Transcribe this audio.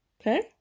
Okay